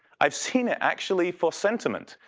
i've seen it actually for sentiment.